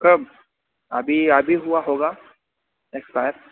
कब अभी अभी हुआ होगा एक्सपायर